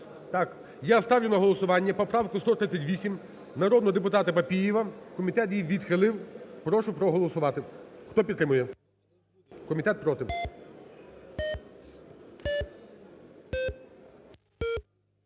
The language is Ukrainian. Так. Я ставлю на голосування поправку 138, народного депутата Папієва. Комітет її відхилив. Прошу проголосувати. Хто підтримує? Комітет проти.